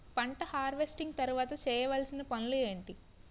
పంట హార్వెస్టింగ్ తర్వాత చేయవలసిన పనులు ఏంటి?